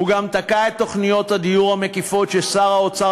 הוא גם תקע את תוכניות הדיור המקיפות ששר האוצר